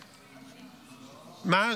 מה,